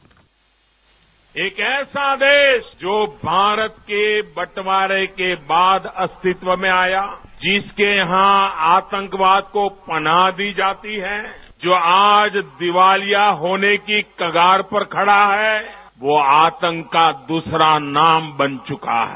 bite एक ऐसा देश जो भारत के बंटवारे के बाद अस्तित्व में आया जिसके यहां आतंकवाद को पनाह दी जाती है जो आज दीवालिया होने की कगार पर खड़ा है वो आतंक का दूसरा नाम बन चुका है